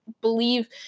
believe